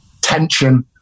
tension